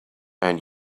and